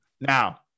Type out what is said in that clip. Now